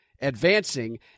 advancing